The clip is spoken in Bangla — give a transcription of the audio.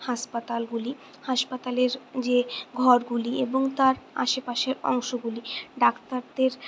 হাসপাতালগুলি হাসপাতালের যে ঘরগুলি এবং তার আশেপাশের অংশগুলি ডাক্তারদের